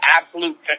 absolute